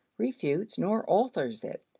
refutes, nor alters it.